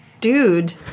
Dude